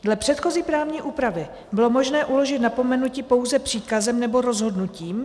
Dle předchozí právní úpravy bylo možné uložit napomenutí pouze příkazem nebo rozhodnutím.